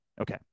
Okay